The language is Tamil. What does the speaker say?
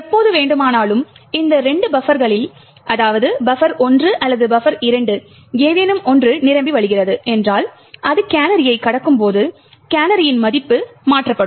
எப்போது வேண்டுமானாலும் இந்த இரண்டு பஃபர்களில் அதாவது பஃபர் 1 அல்லது பஃபர் 2 ஏதேனும் ஒன்று நிரம்பி வழிகிறது என்றால் அது கேனரியைக் கடக்கும்போது கேனரியின் மதிப்பு மாற்றப்படும்